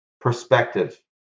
perspective